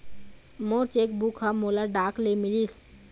मोर cheque book ह मोला डाक ले मिलिस